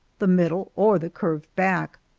the middle, or the curved back.